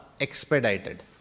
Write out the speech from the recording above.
expedited